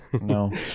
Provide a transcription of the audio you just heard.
no